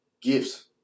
gifts